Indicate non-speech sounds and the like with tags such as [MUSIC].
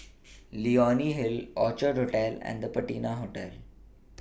[NOISE] Leonie Hill Orchid Hotel and The Patina Hotel